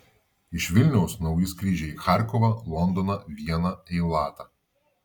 iš vilniaus nauji skrydžiai į charkovą londoną vieną eilatą